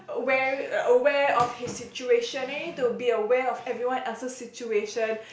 aware aware of his situation need to be aware of everyone else's situation